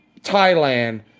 Thailand